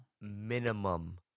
minimum